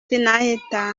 sinahita